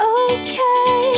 okay